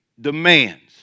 Demands